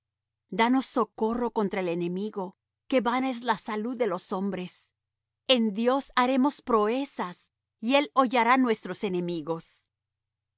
danos socorro contra el enemigo que vana es la salud de los hombres en dios haremos proezas y él hollará nuestros enemigos